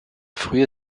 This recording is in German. früher